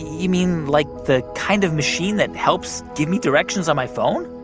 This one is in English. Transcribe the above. you mean like the kind of machine that helps give me directions on my phone?